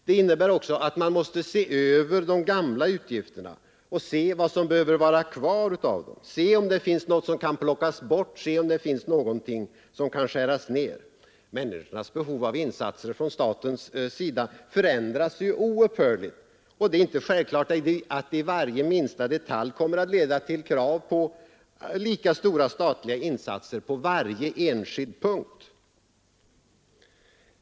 Det innebär också att man måste se över de gamla utgifterna och se vad som behöver vara kvar, se om det finns något som kan plockas bort, se om det finns något som kan skäras ner. Människornas behov av insatser från statens sida förändras ju oupphörligt, och det är inte självklart att det i minsta detalj kommer att leda till krav på lika stora statliga insatser på varje enskild punkt.